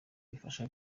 bifasha